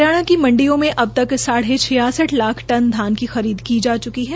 हरियाणा की मंडियो में अबतक साढ़े छियासठ लाख टन धान की खरीद की जा चुकी है